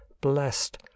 blessed